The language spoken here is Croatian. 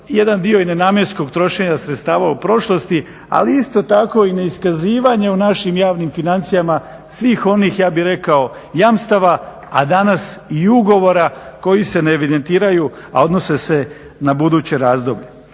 jedan dio i nenamjenskog trošenja sredstava u prošlosti, ali isto tako i neiskazivanje u našim javnim financijama svih onih ja bih rekao jamstava, a danas i ugovora koji se ne evidentiraju a odnose se na buduće razdoblje.